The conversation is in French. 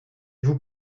vous